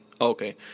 okay